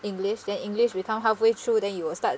english then english become halfway through then you will start